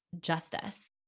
justice